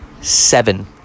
seven